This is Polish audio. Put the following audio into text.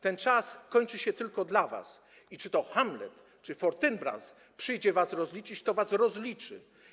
Ten czas kończy się tylko dla was i czy to Hamlet, czy Fortynbras przyjdzie was rozliczyć, to was rozliczy.